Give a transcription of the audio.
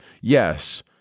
yes